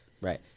Right